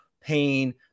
pain